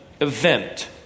event